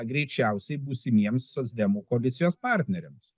greičiausiai būsimiems socdemų koalicijos partneriams